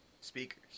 speakers